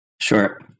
Sure